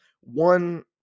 one